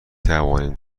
توانیم